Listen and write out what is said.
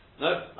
No